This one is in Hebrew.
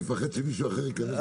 אני מפחד שמישהו אחר ייכנס במקומי.